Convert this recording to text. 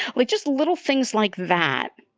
like just little things like that.